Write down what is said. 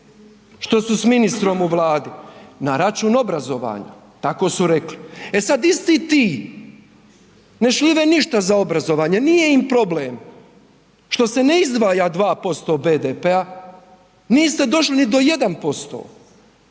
što su s ministrom u Vladi na račun obrazovanja. Tako su rekli. E sad isti ti ne šljive ništa za obrazovanje, nije im problem što se ne izdvaja 2% BDP-a, niste došli ni do 1%